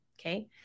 okay